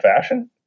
fashion